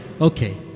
okay